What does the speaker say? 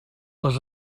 les